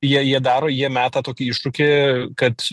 jei jie daro jie meta tokį iššūkį kad